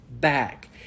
back